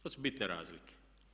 To su bitne razlike.